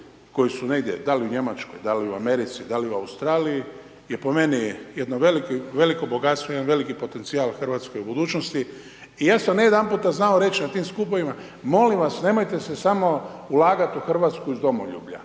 koji su negdje, da li u Njemačkoj, da li u Americi, da li u Australiji, je po meni jedno veliko bogatstvo jedan veliki potencijal hrvatskoj budućnosti i ja sam ne jedan puta znao reći na tim skupovima, molim vas nemojte se samo ulagat u Hrvatsku iz domoljublja,